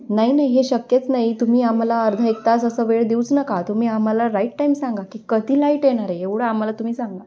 नाही नाही हे शक्यच नाही तुम्ही आम्हाला अर्धा एक तास असं वेळ देऊच नका तुम्ही आम्हाला राईट टाईम सांगा की कधी लाईट येणार आहे एवढं आम्हाला तुम्ही सांगा